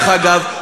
דרך אגב,